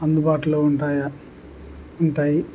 అందుబాటులో ఉంటాయా ఉంటాయి